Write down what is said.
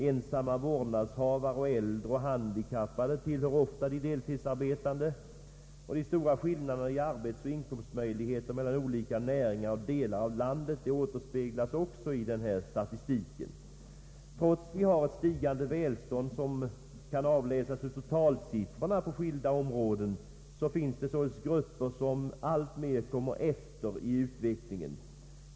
Ensamma vårdnadshavare och äldre liksom handikappade tillhör ofta även de deltidsarbetande. De stora skillnaderna i arbetsoch inkomstmöjligheter mellan olika näringar och delar av landet återspeglas också i denna statistik. Trots att vi har ett stigande välstånd, som kan avläsas i totalsiffrorna på skilda områden, finns det således grupper som alltmer kommer efter i utvecklingen.